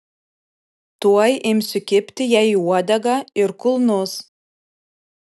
tuoj imsiu kibti jai į uodegą ir kulnus